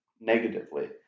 negatively